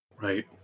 right